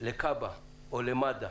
לכב"א או למד"א